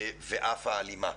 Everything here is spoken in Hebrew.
ואף האלימה.